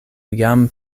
jam